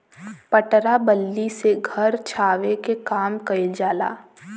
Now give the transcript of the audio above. पटरा बल्ली से घर छावे के काम कइल जाला